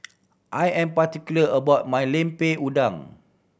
I am particular about my Lemper Udang